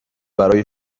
برای